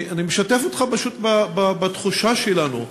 אני משתף אותך פשוט בתחושה שלנו: